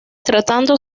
tratando